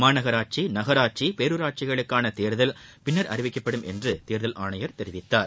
மாநகராட்சி நகராட்சி பேரூராட்சி களுக்கான தேர்தல் பின்னர் அறிவிக்கப்படும் என்று தேர்தல் ஆணையர் தெரிவித்தார்